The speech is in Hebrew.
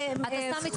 עכשיו אתה סתם מתחכם.